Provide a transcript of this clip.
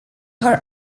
her